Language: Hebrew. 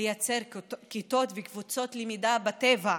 לייצר כיתות וקבוצות למידה בטבע,